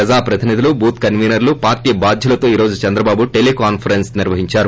ప్రజాప్రతినిధులు బూత్ కన్వీనర్లు పార్లీ బాధ్యులతో ేఈరోజు చంద్రబాబు టెలికాన్సరెన్స్ నిర్వహిందారు